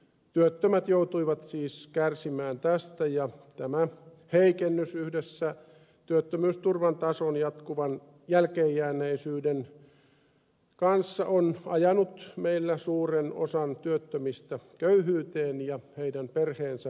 työttömät joutuivat siis kärsimään tästä ja tämä heikennys yhdessä työttömyysturvan tason jatkuvan jälkeenjääneisyyden kanssa on ajanut meillä suuren osan työttömistä köyhyyteen ja heidän perheensä toimeentulotuen varaan